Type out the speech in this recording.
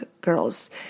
girls